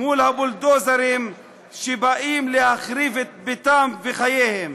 מול הבולדוזרים שבאים להחריב את ביתם וחייהם.